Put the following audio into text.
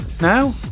now